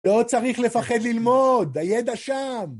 לא צריך לפחד ללמוד, הידע שם!